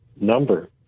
number